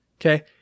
Okay